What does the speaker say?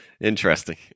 Interesting